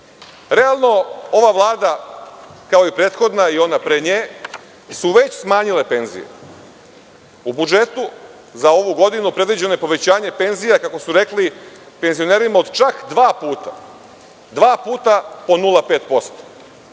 uradite. Realno, ova Vlada, kao i prethodna i ona pre nje, je već smanjila penzije. U budžetu za ovu godinu predviđeno je povećanje penzija, kako su rekli, penzionerima od čak dva puta. Dva puta po 0,5%.